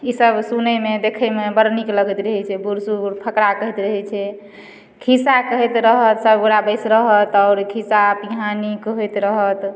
ई सभ सुनैमे देखैमे बड़ नीक लगैत रहै छै बूढ़ सूढ़ फकरा कहैत रहै छै खिस्सा कहैत रहत सभ गोटए बैस रहत आओर खिस्सा पिहानी कहैत रहत